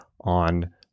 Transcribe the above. on